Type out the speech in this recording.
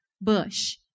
bush